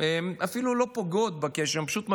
שהן אפילו לא פוגעות בקשר, הן פשוט מבישות.